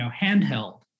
handheld